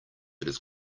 his